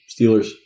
Steelers